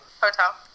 Hotel